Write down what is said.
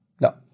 No